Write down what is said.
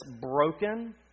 broken